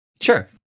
Sure